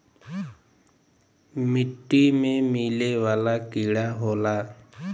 मिट्टी में मिले वाला कीड़ा होला